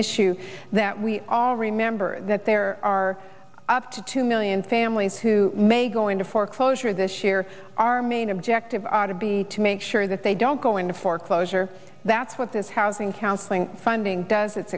issue that we all remember that there are up to two million families who may go into foreclosure this year our main objective are to be to make sure that they don't go into foreclosure that's what this housing counseling funding does it's